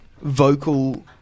vocal